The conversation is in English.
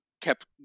kept